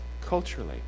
culturally